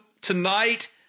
tonight